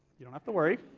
you don't have to worry.